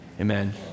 Amen